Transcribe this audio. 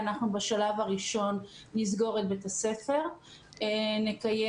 אנחנו בשלב הראשון נסגור את בית הספר ונקיים